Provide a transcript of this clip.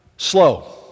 slow